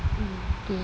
mm okay